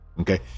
okay